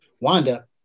Wanda